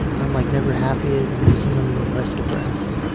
i'm like never happy. i'm just sometimes less depressed.